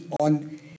on